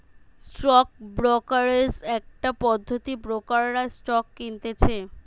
stock brokerage একটা পদ্ধতি ব্রোকাররা স্টক কিনতেছে